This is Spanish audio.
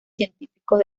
científicos